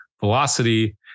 Velocity